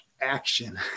action